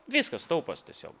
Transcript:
viskas taupos tiesiog